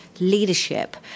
leadership